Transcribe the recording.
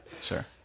Sure